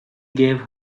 gave